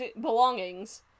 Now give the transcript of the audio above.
belongings